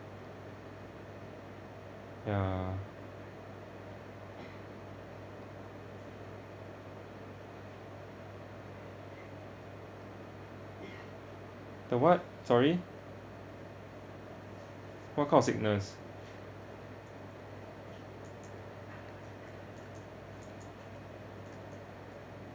ya the what sorry what kind of sickness